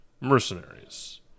mercenaries